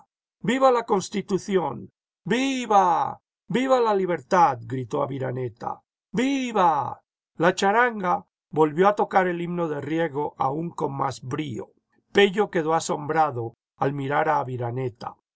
viva jviva la constitución vival viva la libertad gritó aviraneta i vi va la charanga volvió a tocar el himno de riego aun con más brío pello quedó asombrado al mirar a aviraneta